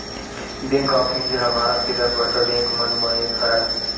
bank of India ह भारत के दस बड़का बेंक मन म एक हरय